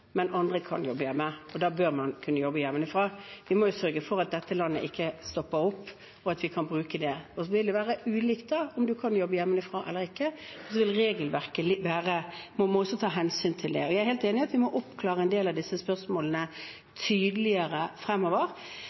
andre kan jobbe hjemme – og da bør man kunne jobbe hjemme. Vi må sørge for at dette landet ikke stopper opp. Så vil det være ulikt om man kan jobbe hjemmefra eller ikke. Man må også ta hensyn til det. Jeg er helt enig i at vi må oppklare en del av disse spørsmålene, slik at det blir tydeligere fremover.